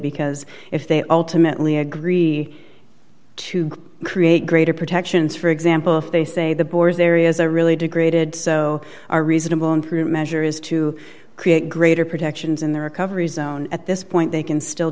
because if they ultimately agree to create greater protections for example if they say the boars areas are really degraded so are reasonable and prudent measure is to create greater protections in the recovery zone at this point they can still